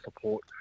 support